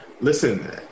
listen